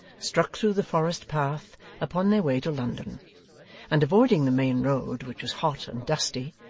struck through the forest path upon their way to london and avoiding the main road, which was hot and dusty,